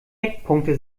eckpunkte